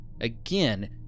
again